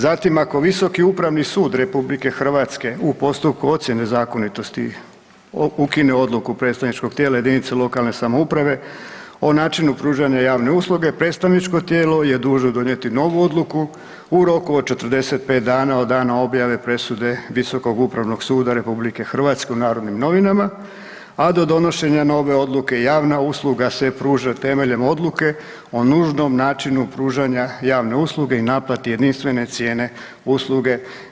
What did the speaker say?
Zatim ako Visoki upravni sud RH u postupku ocjene zakonitosti ukine odluke predstavničkog tijela jedinice lokalne samouprave o načinu pružanja javne usluge predstavničko tijelo je dužno donijeti novu odluku u roku od 45 dana od dana objave presude Visokog upravnog suda RH u Narodnim novima, a do donošenja nove odluke javna usluga se pruža temeljem odluke o nužnom načinu pružanja javne usluge i naplati jedinstvene cijene usluge.